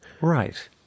Right